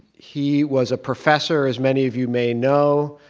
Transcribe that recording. he was a professor, as many of you may know,